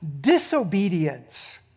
disobedience